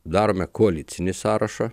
darome koalicinį sąrašą